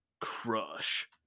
Crush